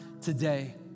today